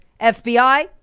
fbi